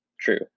true